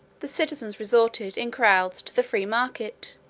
the citizens resorted in crowds to the free market,